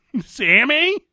Sammy